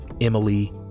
Emily